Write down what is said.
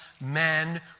men